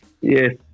Yes